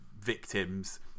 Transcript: victims